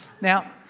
Now